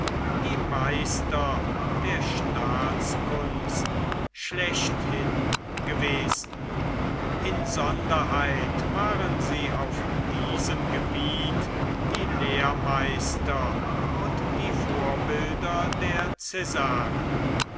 die meister der staatskunst schlechthin gewesen insonderheit waren sie auf diesem gebiet die lehrmeister und die vorbilder der